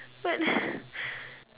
but